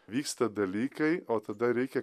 vyksta dalykai o tada reikia